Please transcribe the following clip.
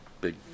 big